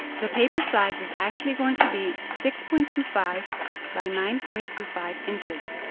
the paper size is actually going to be six point two five by nine point two five inches.